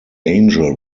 angel